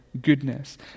goodness